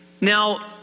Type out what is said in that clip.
Now